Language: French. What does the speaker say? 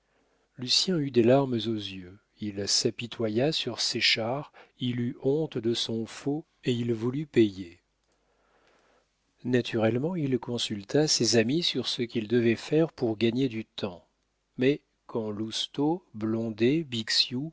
lucien eut des larmes aux yeux il s'apitoya sur séchard il eut honte de son faux et il voulut payer naturellement il consulta ses amis sur ce qu'il devait faire pour gagner du temps mais quand lousteau